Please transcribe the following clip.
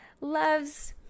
Loves